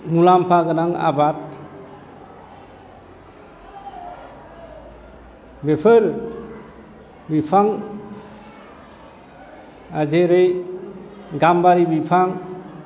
मुलाम्फा गोनां आबाद बेफोर बिफां जेरै गाम्बारि बिफां